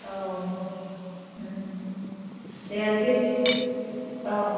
औ ओम दे जे औ